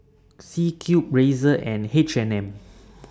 C Cube Razer and H and M